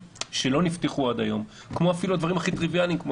שלא נפתחו עד היום כמו אפילו הדברים הכי טריביאליים כמו